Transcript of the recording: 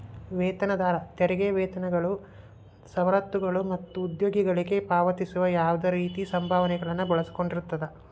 ವೇತನದಾರ ತೆರಿಗೆ ವೇತನಗಳು ಸವಲತ್ತುಗಳು ಮತ್ತ ಉದ್ಯೋಗಿಗಳಿಗೆ ಪಾವತಿಸುವ ಯಾವ್ದ್ ರೇತಿ ಸಂಭಾವನೆಗಳನ್ನ ಒಳಗೊಂಡಿರ್ತದ